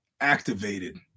activated